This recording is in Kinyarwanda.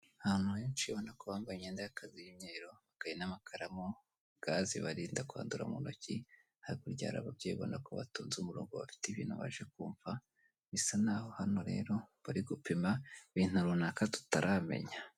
Abantu henshi ubona ko bambaye imyenda y'akazi y'imyeru bari n'amakaramu, gazi ibarinda kwandura mu ntoki, hakurya hari ababyeyi ubona ko batonze umurongo bafite ibintu baje kumva, bisa naho hano rero bari gupima ibintu runaka tutaramenya.